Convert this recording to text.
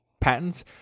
patents